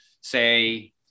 say